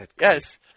Yes